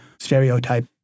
stereotype